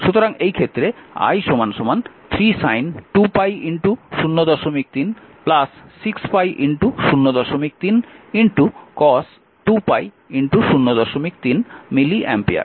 সুতরাং এই ক্ষেত্রে i 3 sin 2 03 603 cos 2π 03 milli ampere